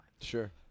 Sure